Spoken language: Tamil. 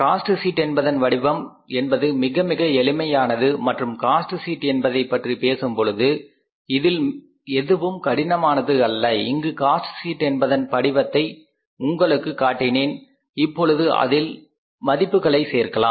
காஸ்ட் ஷீட் என்பதன் வடிவம் என்பது மிக மிக எளிமையானது மற்றும் காஸ்ட் ஷீட் என்பதை பற்றி பேசும் பொழுது இதில் எதுவும் கடினமானது அல்ல இங்கு காஸ்ட் ஷீட் என்பதன் படிவத்தை உங்களுக்கு காட்டினேன் இப்பொழுது அதில் மதிப்புகளை சேர்க்கலாம்